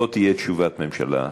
לא תהיה תשובת ממשלה.